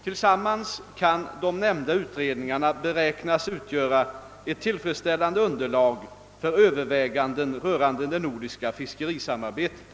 Tillsammans kan de nämnda utredningarna beräknas utgöra ett tillfredsställande underlag för överväganden rörande det nordiska fiskerisamarbetet.